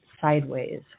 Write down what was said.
sideways